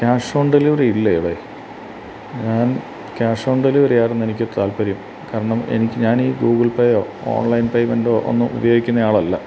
ക്യാഷോൺഡെലിവെറിയില്ലെ അവിടെ ഞാൻ ക്യാഷോൺഡെലിവെറിയായിരുന്നെനിക്ക് താൽപ്പര്യം കാരണം എനിക്ക് ഞാനീ ഗൂഗിൾപ്പേയൊ ഓൺലൈൻ പേമെൻ്റൊ ഒന്നും ഉപയോഗിക്കുന്നയാളല്ല